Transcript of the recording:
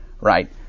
right